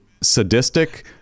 sadistic